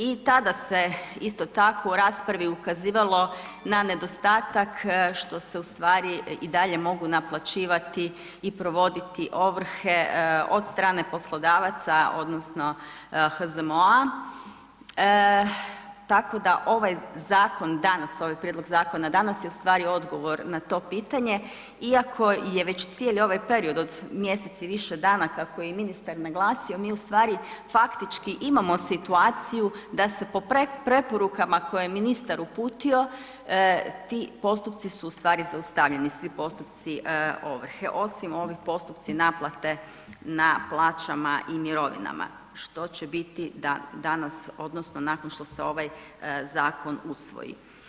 I tada se isto tako u raspravi ukazivalo na nedostatak što se i dalje mogu naplaćivati i provoditi ovrhe od strane poslodavaca odnosno HZMO-a, tako da ovaj zakon ovaj prijedlog zakona danas je ustvari odgovor na to pitanje iako je već cijeli ovaj period od mjesec i više dana kako je ministar naglasio, mi faktički imamo situaciju da se po preporukama koje je ministar uputio ti postupci su zaustavljeni, svi postupci ovrhe, osim ovi postupci naplate na plaćama i mirovinama što će biti da danas odnosno nakon što se ovaj zakon usvoji.